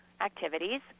activities